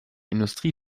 industrie